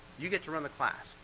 you get to run the class.